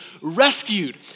rescued